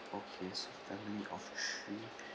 okay so family of three